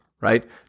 right